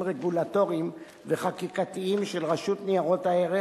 רגולטוריים וחקיקתיים של רשות ניירות ערך